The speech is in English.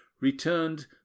returned